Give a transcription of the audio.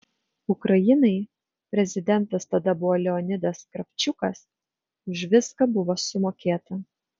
ukrainai prezidentas tada buvo leonidas kravčiukas už viską buvo sumokėta